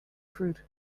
fruit